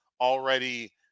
already